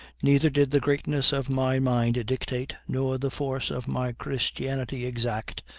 neither did the greatness of my mind dictate, nor the force of my christianity exact,